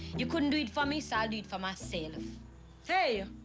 you couldn't do it for me, so i'll do it for myself! hey!